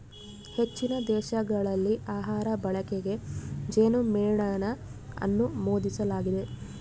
ಹೆಚ್ಚಿನ ದೇಶಗಳಲ್ಲಿ ಆಹಾರ ಬಳಕೆಗೆ ಜೇನುಮೇಣನ ಅನುಮೋದಿಸಲಾಗಿದೆ